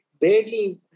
barely